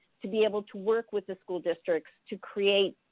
to be able to work with the school districts to create,